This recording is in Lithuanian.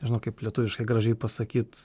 nežinau kaip lietuviškai gražiai pasakyt